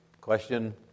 question